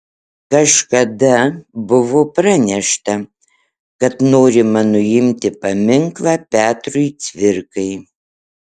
kažkada buvo pranešta kad norima nuimti paminklą petrui cvirkai